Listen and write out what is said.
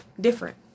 different